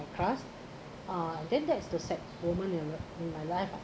class uh then that is the sad moment in my life ah